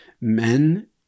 men